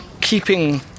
keeping